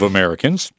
Americans